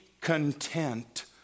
content